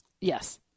Yes